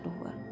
over